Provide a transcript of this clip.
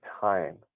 time